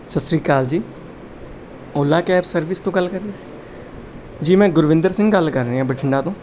ਸਤਿ ਸ਼੍ਰੀ ਅਕਾਲ ਜੀ ਓਲਾ ਕੈਬ ਸਰਵਿਸ ਤੋਂ ਗੱਲ ਕਰ ਰਹੇ ਤੁਸੀਂ ਜੀ ਮੈਂ ਗੁਰਵਿੰਦਰ ਸਿੰਘ ਗੱਲ ਕਰ ਰਿਹਾ ਬਠਿੰਡਾ ਤੋਂ